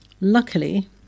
Luckily